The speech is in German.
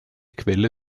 quelle